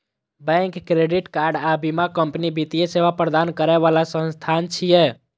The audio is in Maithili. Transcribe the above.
बैंक, क्रेडिट कार्ड आ बीमा कंपनी वित्तीय सेवा प्रदान करै बला संस्थान छियै